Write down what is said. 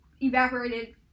evaporated